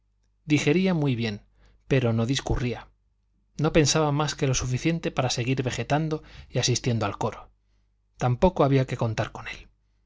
digería muy bien pero no discurría no pensaba más que lo suficiente para seguir vegetando y asistiendo al coro tampoco había que contar con él